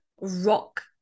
rock